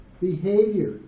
behavior